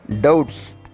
doubts